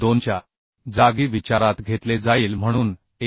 2 च्या जागी विचारात घेतले जाईल म्हणून 1